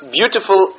beautiful